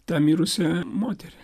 tą mirusią moterį